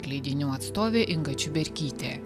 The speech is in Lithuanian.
leidinių atstovė inga čiuberkytė